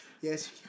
Yes